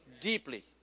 Deeply